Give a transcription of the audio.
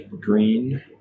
Green